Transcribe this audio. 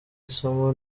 isomo